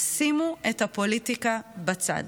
שימו את הפוליטיקה בצד.